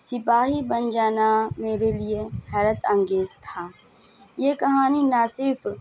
سپاہی بن جانا میرے لیے حیرت انگیز تھا یہ کہانی نہ صرف